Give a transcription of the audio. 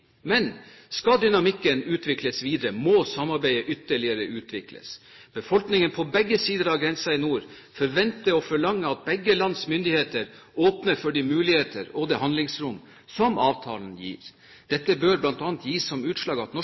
Men skal dynamikken utvikles videre, må samarbeidet ytterligere utvikles. Befolkningen på begge sider av grensen i nord forventer og forlanger at begge lands myndigheter åpner for de muligheter og det handlingsrom som avtalen gir. Dette bør bl.a. gi som utslag at